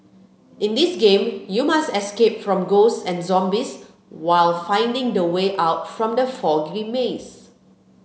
in this game you must escape from ghosts and zombies while finding the way out from the foggy maze